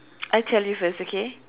I tell you first okay